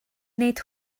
nid